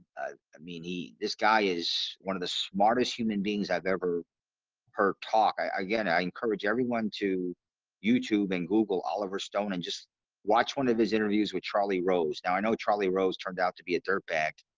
mean he this guy is one of the smartest human beings i've ever heard talk again. i encourage everyone to youtube and google oliver stone and just watch one of his interviews with charlie rose now i know charlie rose turned out to be a dirtbag.